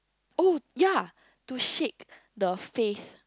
oh ya to shed the faith